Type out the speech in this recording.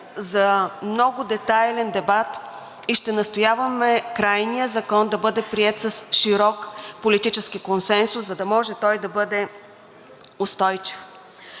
за много детайлен дебат и ще настояваме крайният закон да бъде приет с широк политически консенсус, за да може той да бъде устойчив.